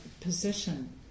position